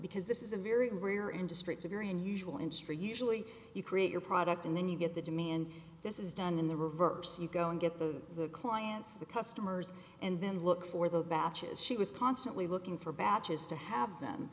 because this is a very rare industry it's a very unusual industry usually you create your product and then you get the demand this is done in the reverse you go and get the clients the customers and then look for the batches she was constantly looking for batches to have them